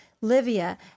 Livia